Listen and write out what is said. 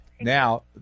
Now